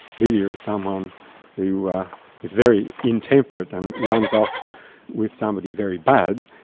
lydia is someone who is very intemperate and runs off with somebody very bad.